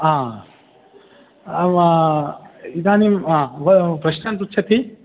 हा इदानीम् उभयोः प्रश्नान् पृच्छति